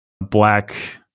black